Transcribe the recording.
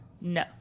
No